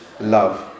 love